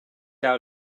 out